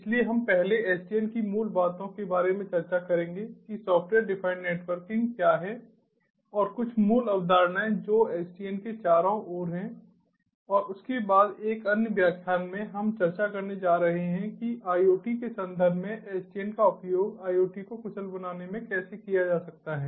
इसलिए हम पहले SDN की मूल बातों के बारे में चर्चा करेंगे कि सॉफ्टवेयर डिफाइंड नेटवर्किंग क्या है और कुछ मूल अवधारणाएँ जो SDN के चारों ओर हैं और उसके बाद एक अन्य व्याख्यान में हम चर्चा करने जा रहे हैं कि IoT के संदर्भ में SDN का उपयोग IoT को कुशल बनाने में कैसे किया जा सकता है